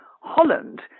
Holland